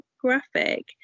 graphic